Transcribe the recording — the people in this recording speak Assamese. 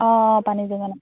অঁ পানী যোগান